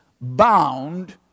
bound